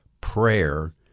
prayer